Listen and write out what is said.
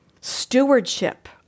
stewardship